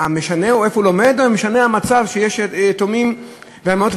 משנה איפה הוא לומד או משנה המצב שיש יתומים ואלמנות?